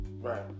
Right